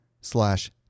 slash